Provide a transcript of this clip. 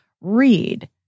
read